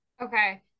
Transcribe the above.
Okay